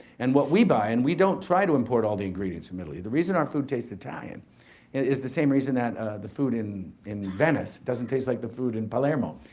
and what we buy, and we don't try to import all the ingredients from italy. the reason our food tastes italian is the same reason that the food in, in venice doesn't taste like the food in palermo.